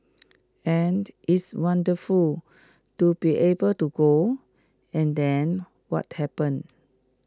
and it's wonderful to be able to go and then what happened